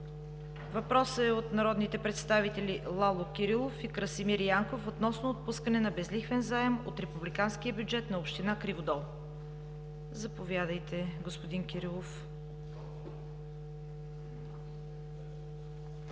Въпросът е от народните представители Лало Кирилов и Красимир Янков относно отпускане на безлихвен заем от републиканския бюджет на община Криводол. Заповядайте, господин Кирилов.